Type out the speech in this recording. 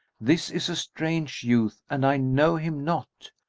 this is a strange youth and i know him not.